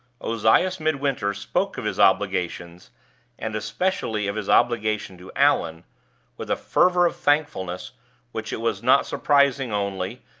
ozias midwinter spoke of his obligations and especially of his obligation to allan with a fervor of thankfulness which it was not surprising only,